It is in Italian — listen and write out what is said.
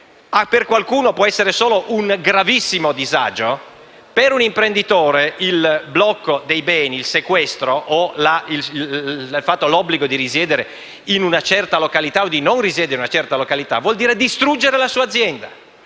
per qualcuno questo può essere solo un gravissimo disagio, per un imprenditore il blocco dei beni, il sequestro, l'obbligo di risiedere in una certa località o di non risiedere in una certa località significa distruggere la sua azienda.